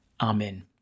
Amen